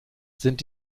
sind